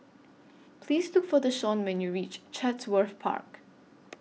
Please Look For Deshaun when YOU REACH Chatsworth Park